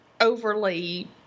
overly